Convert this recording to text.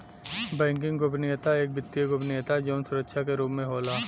banking गोपनीयता एक वित्तीय गोपनीयता जौन सुरक्षा के रूप में होला